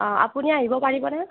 অ আপুনি আহিব পাৰিবনে